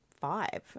five